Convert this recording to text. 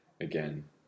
again